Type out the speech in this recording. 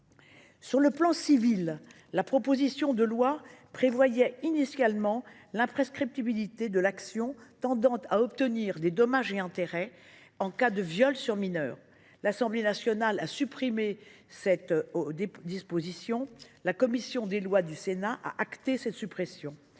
Sur le plan civil, la proposition de loi prévoyait dans sa rédaction initiale l’imprescriptibilité de l’action tendant à obtenir des dommages et intérêts en cas de viol sur mineur. L’Assemblée nationale a supprimé cette disposition. La commission des lois du Sénat a pris acte de cette suppression,